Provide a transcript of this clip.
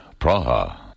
Praha